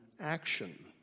action